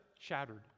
shattered